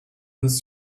this